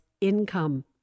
income